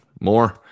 more